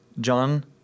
John